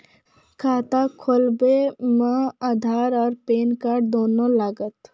खाता खोलबे मे आधार और पेन कार्ड दोनों लागत?